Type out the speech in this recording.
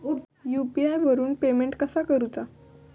UPI वरून payment कसा करूचा?